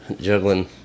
Juggling